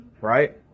right